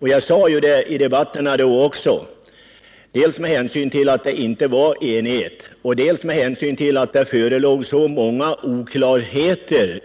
Jag framhöll också i den debatten att det inte förelåg enighet i dessa frågor och att det var så många oklarheter